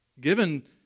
given